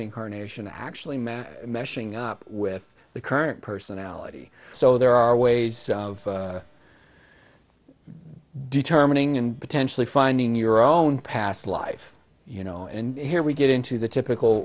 incarnation actually measuring up with the current personality so there are ways of determining and potentially finding your own past life you know and here we get into the typical